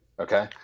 okay